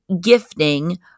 gifting